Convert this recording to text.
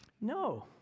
No